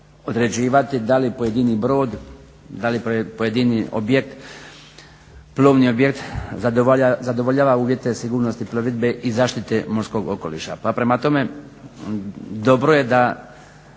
određivati da li pojedini brod da li pojedini objekt plovni objekt zadovoljava uvjete sigurnosti plovidbe i zaštite morskog okoliša. Pa prema tome, dobro je da